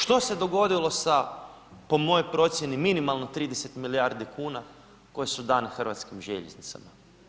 Što se dogodilo sa, po mojoj procijeni, minimalno 30 milijardi kuna, koje su dane hrvatskim željeznicama?